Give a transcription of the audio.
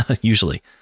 usually